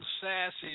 sassy